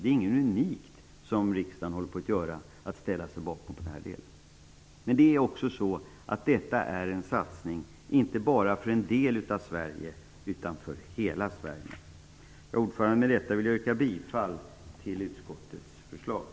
Det är inget unikt som riksdagen nu håller på att göra när man ställer sig bakom den här delen. Men jag vill också säga att detta är en satsning inte bara för en del av Sverige utan för hela Sverige. Herr talman! Med detta vill jag yrka bifall till utskottets hemställan.